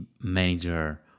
manager